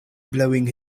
blowing